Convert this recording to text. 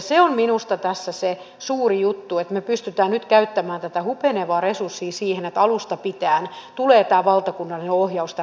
se on minusta tässä se suuri juttu että me pystymme nyt käyttämään tätä hupenevaa resurssia siihen että alusta pitäen tulee tämä valtakunnallinen ohjaus tähän kaavavalmisteluun mukaan